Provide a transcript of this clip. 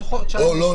לא.